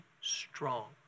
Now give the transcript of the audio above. strong